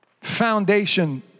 foundation